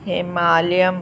हिमालयम